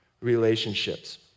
relationships